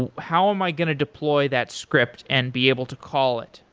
and how am i going to deploy that script and be able to call it?